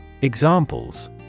Examples